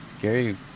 Gary